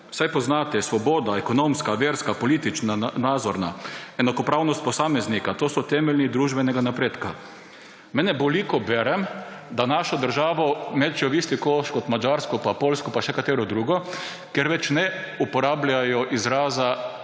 Saj poznate – svoboda, ekonomska, verska, politična, nazorna; enakopravnost posameznika. To so temelji družbenega napredka. Mene boli, ko berem, da našo državo mečejo v isti koš kot Madžarsko pa Poljsko pa še katero drugo, kjer ne uporabljajo več izraza